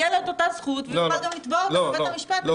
תהיה לו אותה זכות והוא יוכל גם לתבוע אותה בבית המשפט.